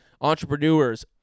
entrepreneurs